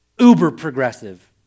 uber-progressive